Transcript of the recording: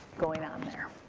going on there.